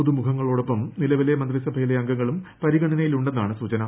പുതുമുഖങ്ങളോടൊപ്പം നിലവിലെ മന്ത്രിസഭയിലെ അംഗങ്ങളും പരിഗണനയിലുണ്ടെന്നാണ് സൂചന